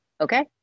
okay